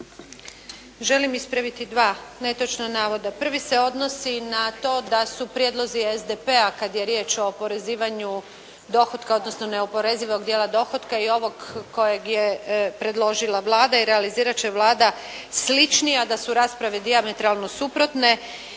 Želim ispraviti dva netočna navoda. Prvi se odnosi na to da su prijedlozi SDP-a kad je riječ o oporezivanju dohotka odnosno neoporezivog dijela dohotka i ovog kojeg je predložila Vlada i realizirat će Vlada sličnija a da su rasprave dijametralno suprotne.